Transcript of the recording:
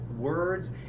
words